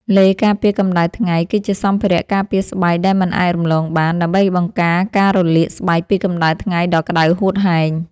ឡេការពារកម្ដៅថ្ងៃគឺជាសម្ភារៈការពារស្បែកដែលមិនអាចរំលងបាន ដើម្បីបង្ការការរលាកស្បែកពីកម្ដៅថ្ងៃដ៏ក្ដៅហួតហែង។